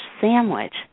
sandwich